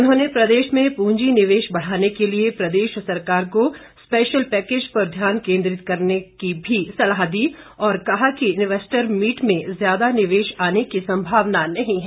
उन्होंने प्रदेश में प्रंजी निवेश बढ़ाने के लिए प्रदेश सरकार को स्पैशल पैकेज पर ध्यान केंद्रित करने पर भी सलाह दी और कहा कि इन्यैस्टर मीट से ज्यादा निवेश आने की संभावना नहीं है